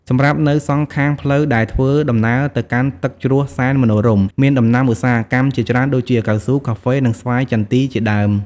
សម្រាប់នៅសងខាងផ្លូវដែលធ្វើដំណើរទៅកាន់ទឹកជ្រោះសែនមនោរម្យមានដំណាំឧស្សាហកម្មជាច្រើនដូចជា កៅស៊ូ កាហ្វេ និងស្វាយចន្ទីជាដើម។